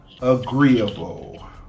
agreeable